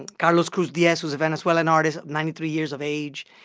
and carlos cruz-diez, who's a venezuelan artist, ninety three years of age,